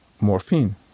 morphine